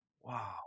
wow